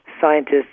scientists